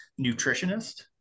nutritionist